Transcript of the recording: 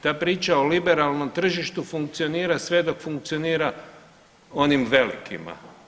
Ta priča o liberalnom tržištu funkcionira sve dok funkcionira onim velikima.